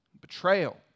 betrayal